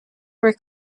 were